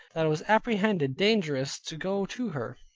that it was apprehended dangerous to go to her.